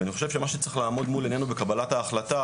ואני חושב שמה שצריך לעמוד מול עינינו בקבלת ההחלטה